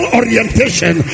orientation